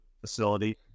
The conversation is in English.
Facility